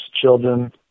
children